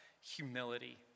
humility